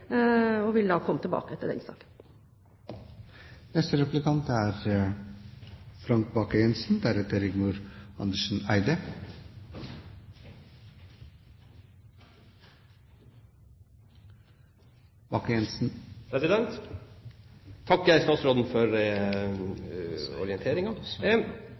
Jeg vil da komme tilbake til den saken. Jeg takker statsråden for